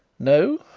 no,